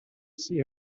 see